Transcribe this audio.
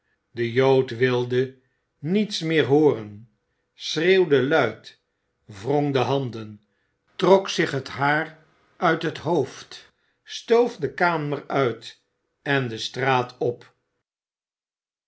de jood wi de niets meer hooren schreeuwde luid wrong de handen trok zich het haar uit het hoofd stoof de kamer uit en de straat op